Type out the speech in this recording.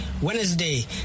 Wednesday